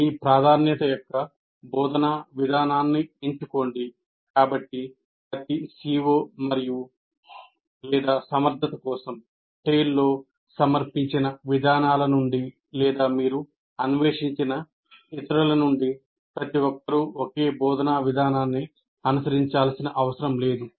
మీ ప్రాధాన్యత యొక్క బోధనా విధానాన్ని ఎంచుకోండి కాబట్టి ప్రతి CO మరియు లేదా సమర్థత కోసం TALE లో సమర్పించిన విధానాల నుండి లేదా మీరు అన్వేషించిన ఇతరుల నుండి ప్రతి ఒక్కరూ ఒకే బోధనా విధానాన్ని అనుసరించాల్సిన అవసరం లేదు